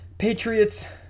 Patriots